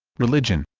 religion